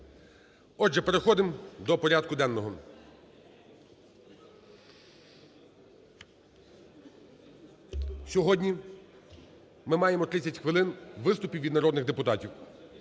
Отже, переходимо до порядку денного. Сьогодні ми маємо 30 хвилин виступів від народних депутатів.